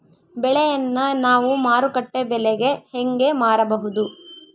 ಬೆಳೆಯನ್ನ ನಾವು ಮಾರುಕಟ್ಟೆ ಬೆಲೆಗೆ ಹೆಂಗೆ ಮಾರಬಹುದು?